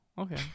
Okay